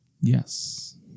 Yes